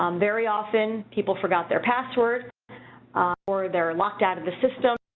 um very often people forgot their password or they're locked out of the system